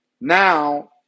now